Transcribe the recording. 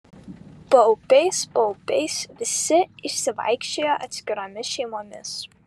paupiais paupiais visi išsivaikščiojo atskiromis šeimomis